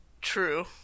true